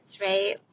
right